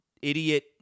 idiot